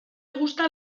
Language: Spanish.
gusta